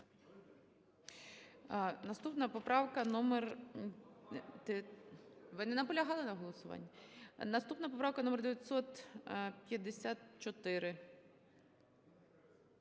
Наступна поправка - номер 959.